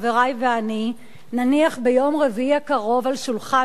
חברי ואני נניח ביום רביעי הקרוב על שולחן